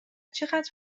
چقدر